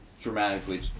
dramatically